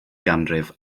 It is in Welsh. ganrif